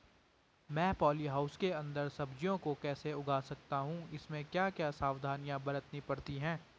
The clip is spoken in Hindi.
मैं पॉली हाउस के अन्दर सब्जियों को कैसे उगा सकता हूँ इसमें क्या क्या सावधानियाँ बरतनी पड़ती है?